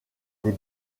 des